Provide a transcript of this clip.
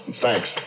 Thanks